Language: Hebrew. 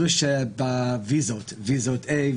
אלו שבוויזות A,